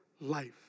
life